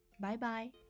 Bye-bye